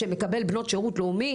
שמקבל בנות שירות לאומי,